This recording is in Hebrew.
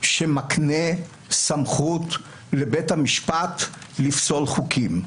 שמקנה סמכות לבית המשפט לפסול חוקים.